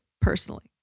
personally